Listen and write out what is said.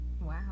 Wow